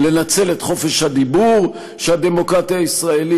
לנצל את חופש הדיבור שהדמוקרטיה הישראלית,